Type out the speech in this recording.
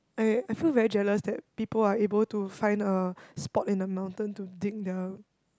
I I feel very jealous that people are able to find a spot in the mountain to dig their